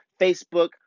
Facebook